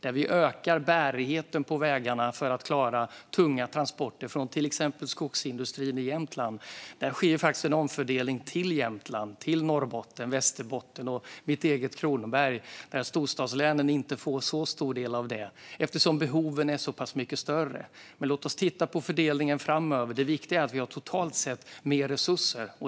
Där ökar vi bärigheten på vägarna för att klara tunga transporter från till exempel skogsindustrin i Jämtland. Där sker en omfördelning till Jämtland, Norrbotten, Västerbotten och mitt eget hemlän Kronoberg, medan storstadslänen inte får så stor del av det, eftersom behoven är så pass mycket större. Låt oss titta på fördelningen framöver. Det viktiga är att vi totalt sett har mer resurser.